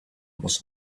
was